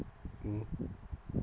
mm